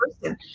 person